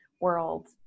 world